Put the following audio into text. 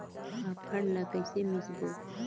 फाफण ला कइसे मिसबो?